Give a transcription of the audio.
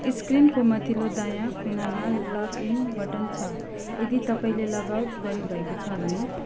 स्क्रिनको माथिल्लो दायाँ कुनामा लगइन बटन छ यदि तपाईँँले लग आउट गर्नुभएको छ भने